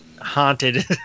haunted